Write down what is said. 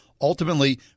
ultimately